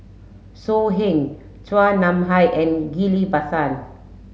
So Heng Chua Nam Hai and Ghillie Basan